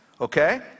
okay